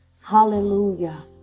hallelujah